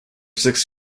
six